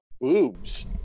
boobs